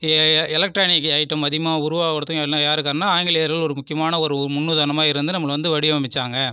electronic item அதிகமாக உருவாகறதுக்கும் என்ன யார் காரணம்னால் ஆங்கிலேயர்கள் ஒரு முக்கியமான ஒரு முன்னுதாரணமாக இருந்து நம்பளை வந்து வடிவமைச்சாங்க